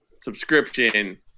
subscription